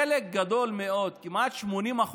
חלק גדול מאוד, כמעט 80%,